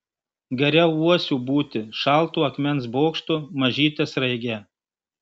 geriau uosiu būti šaltu akmens bokštu mažyte sraige